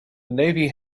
navy